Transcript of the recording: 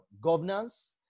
governance